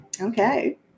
Okay